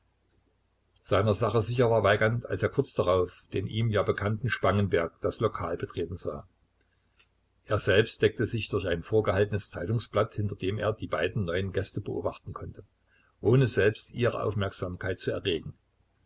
seiner sache sicher war weigand als er kurz darauf den ihm ja bekannten spangenberg das lokal betreten sah er selbst deckte sich durch ein vorgehaltenes zeitungsblatt hinter dem er die beiden neuen gäste beobachten konnte ohne selbst ihre aufmerksamkeit zu erregen